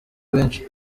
benshi